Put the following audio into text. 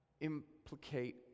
implicate